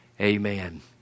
amen